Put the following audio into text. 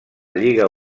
lliga